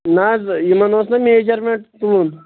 نَہ حظ یِمَن اوس نَہ میجَرمٮ۪نٛٹ تُلُن